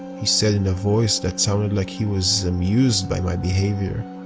he said in a voice that sounded like he was amused by my behavior.